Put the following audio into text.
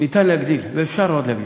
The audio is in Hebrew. אפשר להגדיל, אפשר עוד להגדיל.